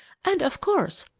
and, of course,